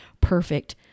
perfect